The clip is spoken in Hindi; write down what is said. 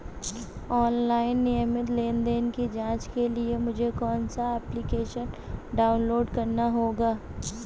ऑनलाइन नियमित लेनदेन की जांच के लिए मुझे कौनसा एप्लिकेशन डाउनलोड करना होगा?